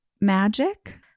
magic